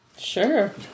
Sure